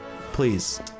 please